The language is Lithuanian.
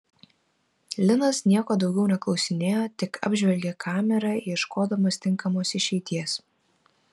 linas nieko daugiau neklausinėjo tik apžvelgė kamerą ieškodamas tinkamos išeities